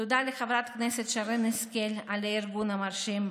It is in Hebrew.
תודה לחברת הכנסת שרן השכל על הארגון המרשים.